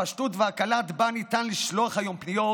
הפשטות והקלות שבהן ניתן לשלוח היום פניות